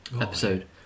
episode